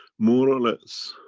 more or less,